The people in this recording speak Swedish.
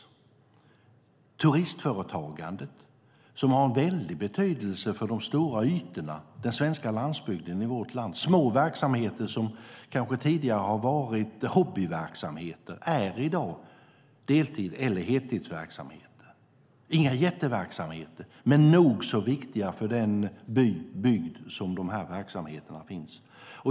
Det gäller turistföretagandet, som har en väldig betydelse för de stora ytorna i Sverige och den svenska landsbygden. Små verksamheter som tidigare kanske har varit hobbyverksamheter är i dag deltids eller heltidsverksamheter. Det är inga jätteverksamheter, men de är nog så viktiga för den bygd där verksamheterna finns.